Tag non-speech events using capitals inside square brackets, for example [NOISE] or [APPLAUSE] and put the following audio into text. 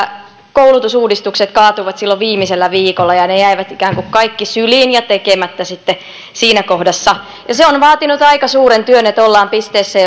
koulutusuudistukset kaatuivat silloin viimeisellä viikolla ja ne jäivät ikään kuin kaikki syliin ja tekemättä siinä kohdassa se on vaatinut aika suuren työn että ollaan pisteessä [UNINTELLIGIBLE]